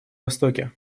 востоке